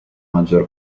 maggior